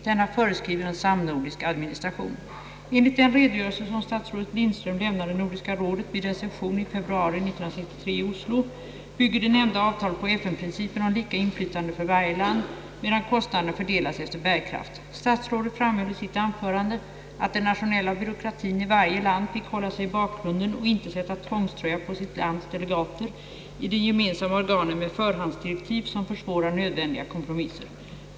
Denna föreskriver en samnordisk administration. Enligt den redogörelse, som statsrådet Lindström lämnade Nordiska rådet vid dess session i februari 1963 i Oslo, bygger det nämnda avtalet på FN-principen om lika inflytande för varje land, medan kostnaderna fördelats efter bärkraft. Statsrådet framhöll i sitt anförande, att den nationella byråkratien i varje land fick hålla sig i bakgrunden och inte sätta tvångströja på sitt lands delegater i de gemensamma organen med förhandsdirektiv som försvårar nödvändiga kompromisser.